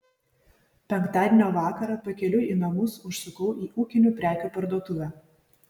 penktadienio vakarą pakeliui į namus užsukau į ūkinių prekių parduotuvę